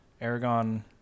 Aragon